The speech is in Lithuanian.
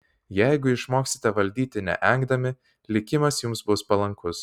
jeigu išmoksite valdyti neengdami likimas jums bus palankus